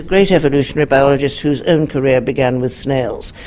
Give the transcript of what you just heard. great evolutionary biologist whose own career began with snails,